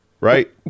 Right